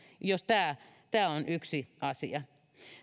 tämä on yksi asia